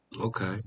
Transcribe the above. Okay